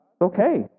okay